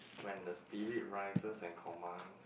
when the spirit rises and commands